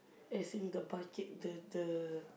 as in the bucket the the